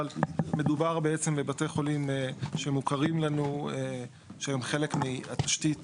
אבל מדובר בעצם בבתי חולים שמוכרים לנו שהם חלק מהתשתית